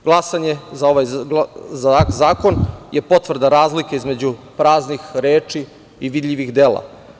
Glasanje za ovaj zakon je potvrda razlike između praznih reči i vidljivih dela.